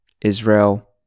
Israel